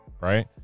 right